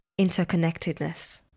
interconnectedness